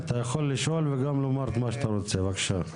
בבקשה.